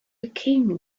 king